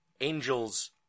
angels